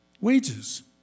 wages